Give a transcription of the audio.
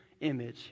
image